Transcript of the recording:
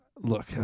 Look